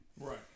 Right